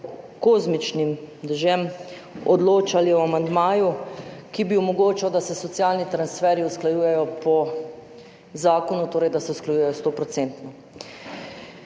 kozmičnim dežjem odločali o amandmaju, ki bi omogočal, da se socialni transferji usklajujejo po zakonu, torej da se usklajujejo